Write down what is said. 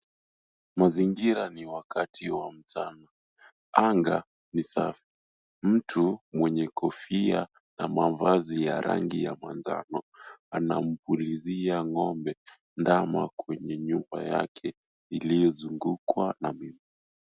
Mazingira ni wakati wa mchana, anga ni safi. Mtu mwenye kofia na mavazi ya rangi ya manjano anampulizia ng’ombe ndama kwenye nyumba yake iliyozungukwa na miti.